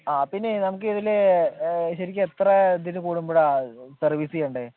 ആ പിന്നെ നമ്മുക്കിതിൽ ശെരിക്കും എത്ര കൂടുമ്പോളാണ് സർവീസ് ചെയ്യണ്ടത്